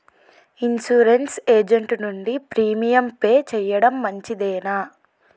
Insurance agent నుండి premium pay చేయడం మంచిదేనా?